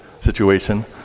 situation